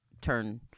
turn